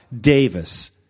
Davis